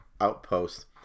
Outpost